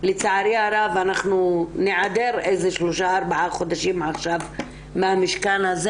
לצערי הרב אנחנו ניעדר עכשיו 3-4 חודשים מהמשכן הזה.